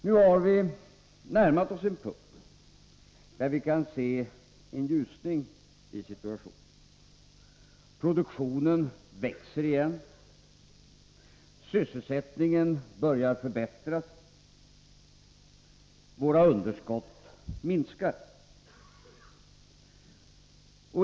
Nu har vi närmat oss en punkt där vi kan se en ljusning i situationen. Produktionen växer igen, sysselsättningen börjar förbättras. Våra underskott minskar.